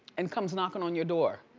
and comes knocking on your door.